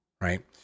right